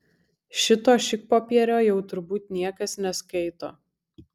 šito šikpopierio jau turbūt niekas neskaito